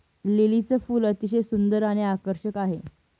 लिलीचे फूल अतिशय सुंदर आणि आकर्षक आहे